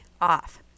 off